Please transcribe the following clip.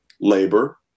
labor